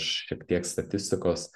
šiek tiek statistikos